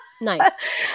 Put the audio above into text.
Nice